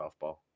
Softball